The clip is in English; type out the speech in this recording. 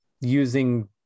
using